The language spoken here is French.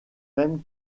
même